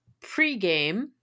pregame